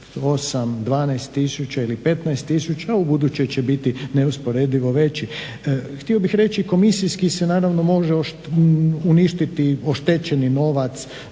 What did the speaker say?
8,, 12 tisuća ili 15 tisuća u buduće će biti neusporedivo veći. Htio bih reći komisijski se naravno može uništiti oštećeni novac,